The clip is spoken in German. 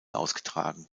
ausgetragen